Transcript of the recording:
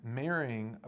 marrying